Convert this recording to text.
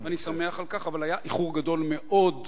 אבל היה איחור גדול מאוד,